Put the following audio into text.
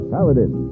Paladin